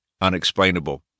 unexplainable